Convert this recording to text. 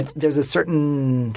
and there's a certain and